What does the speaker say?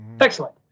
Excellent